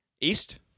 East